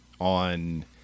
on